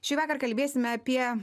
šįvakar kalbėsime apie